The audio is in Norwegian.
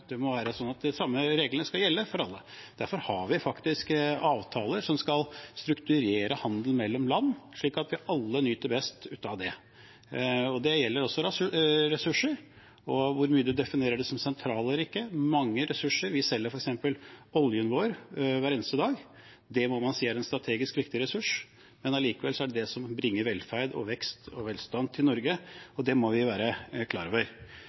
de samme reglene skal gjelde for alle. Derfor har vi faktisk avtaler som skal strukturere handelen mellom land, slik at vi alle nyter best av det. Det gjelder også ressurser, og hvor mye man definerer dem som sentrale eller ikke. Vi selger f.eks. oljen vår hver eneste dag, og det må man si er en strategisk viktig ressurs, men likevel er det det som bringer velferd, vekst og velstand til Norge. Det må vi være klar over.